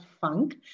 funk